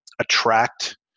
attract